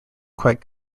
quite